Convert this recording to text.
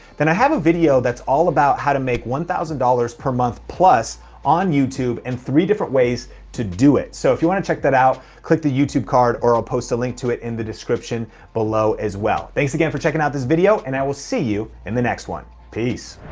then i have a video that's all about how to make one thousand dollars per month plus on youtube, and three different ways to do it. so if you wanna check that out, click the youtube card, or i'll post a link to it in the description below as well. thanks again for checking out this video, and i will see you in the next one. peace.